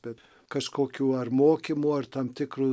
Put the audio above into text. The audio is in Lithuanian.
bet kažkokių ar mokymų ar tam tikrų